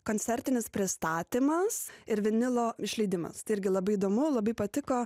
koncertinis pristatymas ir vinilo išleidimas tai irgi labai įdomu labai patiko